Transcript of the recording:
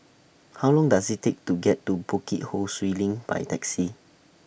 How Long Does IT Take to get to Bukit Ho Swee LINK By Taxi